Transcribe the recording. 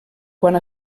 quant